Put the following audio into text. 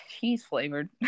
cheese-flavored